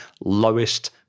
lowest